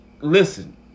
listen